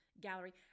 gallery